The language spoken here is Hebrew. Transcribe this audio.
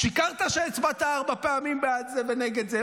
שיקרת שהצבעת ארבע פעמים בעד זה ונגד זה.